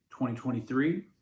2023